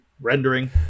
Rendering